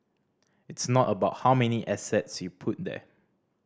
it's not about how many assets you put there